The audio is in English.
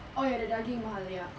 oh ya the daging mahal ya